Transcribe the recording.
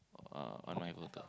uh on my photo